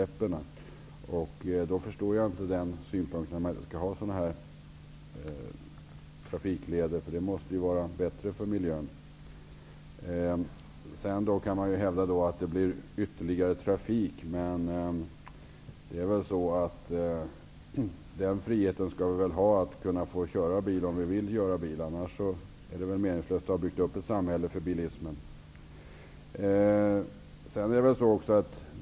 Mot den bakgrunden förstår jag inte framförda synpunkt, nämligen att det inte skall vara några trafikleder av nämnda slag. Men sådana här trafikleder måste väl vara bättre för miljön. Visserligen kan det hävdas att det blir ytterligare trafik. Men nog skall vi väl ha friheten att välja att köra bil om vi vill göra det, för annars är det ju meningslöst att vi har byggt upp ett samhälle för bilismen.